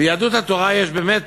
ליהדות התורה יש באמת